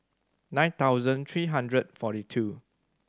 nine thousand three hundred forty two